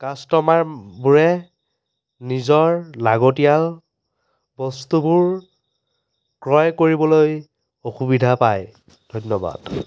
কাষ্টমাৰবোৰে নিজৰ লাগতীয়াল বস্তুবোৰ ক্ৰয় কৰিবলৈ অসুবিধা পায় ধন্যবাদ